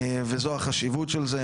וזו החשיבות של זה.